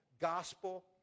gospel